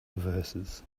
verses